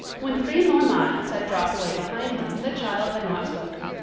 when three more miles had dropped away behind them the child had not spoken.